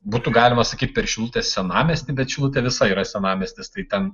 būtų galima sakyt per šilutės senamiestį bet šilutė visa yra senamiestis tai ten